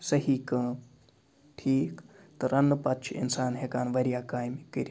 صحیٖح کٲم ٹھیٖک تہٕ رَننہٕ پَتہٕ چھُ اِنسان ہیٚکان واریاہ کامہِ کٔرِتھ